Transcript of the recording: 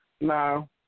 No